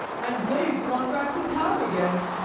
and they've gone back to town again.